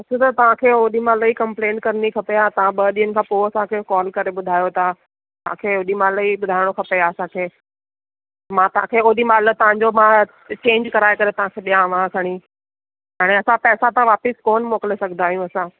अछा त तव्हां ओॾीमहिल ई कंपलेंट करणी खपे या तव्हां ॿ ॾींहनि खां पोइ असांखे कॉल करे ॿुधायो था तव्हांखे होॾीमहिल ई ॿुधाइणो खपे असांखे मां तव्हांखे ओॾीमहिल तव्हांजो मां चेंज कराए करे तव्हांखे ॾेयांव आ खणी हाणे असां पैसा त वापसि कोन मोकिले सघंदा आहियूं असां